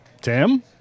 Tim